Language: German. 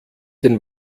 den